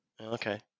Okay